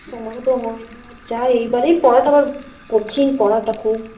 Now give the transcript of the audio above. আমারও তো হয়নি যা এইবারেই পড়াটা আবার কঠিন পড়াটা খুব